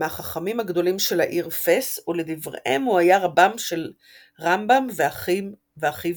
מהחכמים הגדולים של העיר פאס ולדבריהם הוא היה רבם של רמב"ם ואחיו דוד.